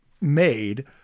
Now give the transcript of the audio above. made